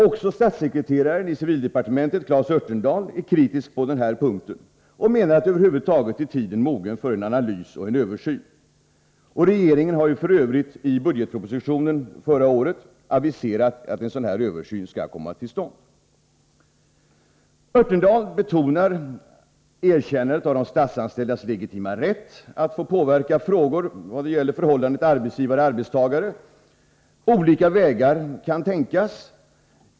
Också statssekreteraren i civildepartementet, Claes Örtendahl, är kritisk på denna punkt och menar att tiden över huvud taget är mogen för en analys och översyn. Regeringen har f. ö. i budgetpropositionen förra året aviserat att en översyn skall komma till stånd. Claes Örtendahl betonar erkännandet av de statsanställdas legitima rätt att få påverka frågor beträffande förhållandet mellan arbetsgivare och arbetstagare. Olika vägar kan tänkas.